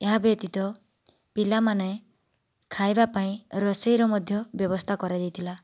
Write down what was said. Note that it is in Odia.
ଏହା ବ୍ୟତୀତ ପିଲାମାନେ ଖାଇବାପାଇଁ ରୋଷେଇର ମଧ୍ୟ ବ୍ୟବସ୍ଥା କରାଯାଇଥିଲା